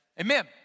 Amen